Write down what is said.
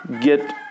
get